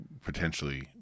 potentially